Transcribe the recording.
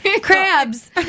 Crabs